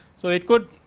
so, it could